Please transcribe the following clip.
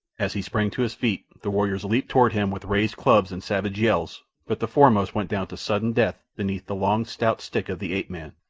as he sprang to his feet the warriors leaped toward him with raised clubs and savage yells, but the foremost went down to sudden death beneath the long, stout stick of the ape-man,